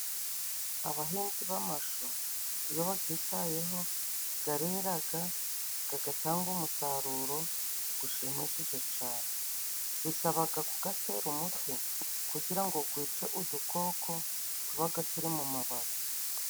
Abahinzi b'amashu iyo bagitayeho gareraga gagatanga umusaruro gushimishije cane, bisabaga kugatera umuti kugira ngo gwice udukoko tubaga turi mu mababi.